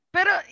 Pero